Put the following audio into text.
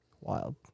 Wild